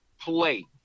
play